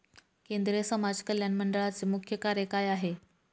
केंद्रिय समाज कल्याण मंडळाचे मुख्य कार्य काय आहे?